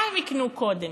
מה הם יקנו קודם,